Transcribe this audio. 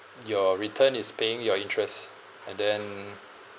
your return is paying your interest and then